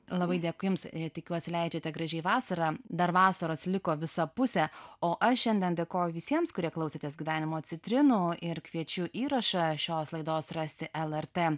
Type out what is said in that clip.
labai dėkui jums tikiuosi leidžiate gražiai vasarą dar vasaros liko visa pusė o aš šiandien dėkoju visiems kurie klausėtės gyvenimo citrinų ir kviečiu įrašą šios laidos rasti lrt